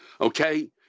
Okay